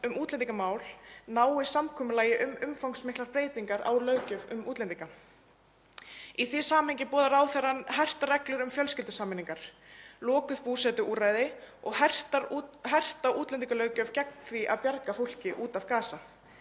um útlendingamál nái samkomulagi um umfangsmiklar breytingar á löggjöf um útlendinga. Í því samhengi boðar ráðherrann hertar reglur um fjölskyldusameiningar, lokuð búsetuúrræði og herta útlendingalöggjöf gegn því að bjarga fólki út af Gaza.